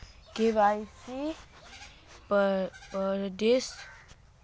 KYC updation?